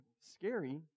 scary